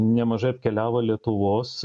nemažai apkeliavo lietuvos